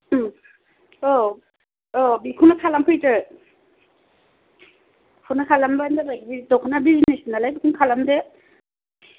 औ औ बेखौनो खालामफैदो बेखौनो खालामबानो जाबाय दख ना बिजिनेस नालाय बेखौनो खालामदो